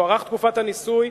תוארך תקופת הניסוי.